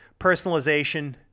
Personalization